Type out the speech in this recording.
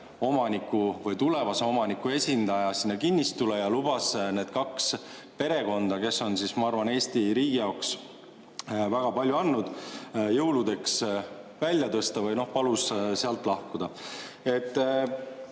omaniku või tulevase omaniku esindaja sinna kinnistule ja lubas need kaks perekonda, kes on, ma arvan, Eesti riigi jaoks väga palju andnud, jõuludeks välja tõsta, või palus neil sealt lahkuda.